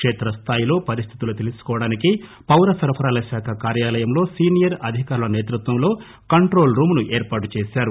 కేత్రస్థాయిలో పరిస్టితులు తెలుసుకోవడానికి పౌరసరఫరాల శాఖ కార్యాలయంలో సీనియర్ అధికారుల నేతృత్వంలో కంట్రోల్ రూంను ఏర్పాటుచేశారు